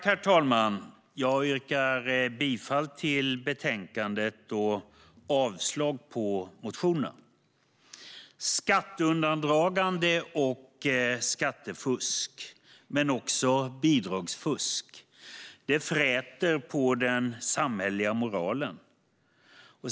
Herr talman! Jag yrkar bifall till förslaget i betänkandet och avslag på motionerna. Skatteundandragande, skattefusk och bidragsfusk fräter på den samhälleliga moralen.